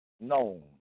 known